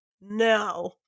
no